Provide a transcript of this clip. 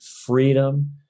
freedom